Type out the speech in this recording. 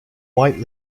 white